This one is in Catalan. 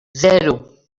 zero